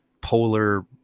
polar